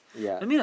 ya